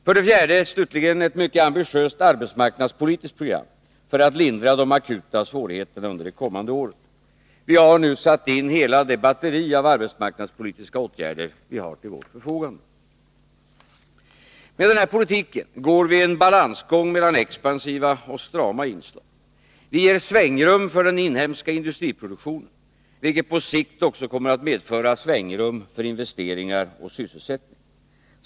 För det fjärde: Slutligen, ett mycket ambitiöst arbetsmarknadspolitiskt program, för att lindra de akuta svårigheterna under det kommande året. Vi har nu satt in hela det batteri av arbetsmarknadspolitiska åtgärder vi har till vårt förfogande. Med den här politiken går vi en balansgång mellan expansiva och strama inslag. Vi ger svängrum för den inhemska industriproduktionen, vilket på sikt också kommer att medföra svängrum för investeringar och sysselsättning.